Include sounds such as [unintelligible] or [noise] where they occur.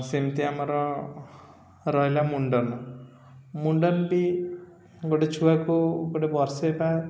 ସେମିତି ଆମର ରହିଲା ମୁଣ୍ଡନ ମୁଣ୍ଡନ ବି ଗୋଟେ ଛୁଆକୁ ଗୋଟେ ବର୍ଷ [unintelligible]